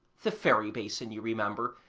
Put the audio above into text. the fairy basin, you remember,